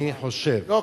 אני חושב, לא.